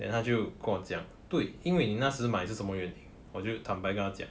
then 他就跟我讲对因为你那时买是什么原因我就坦白跟他讲